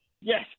Yes